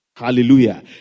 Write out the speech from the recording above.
Hallelujah